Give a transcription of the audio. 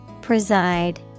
Preside